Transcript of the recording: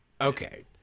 okay